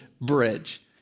bridge